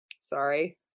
Sorry